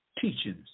teachings